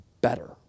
better